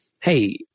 hey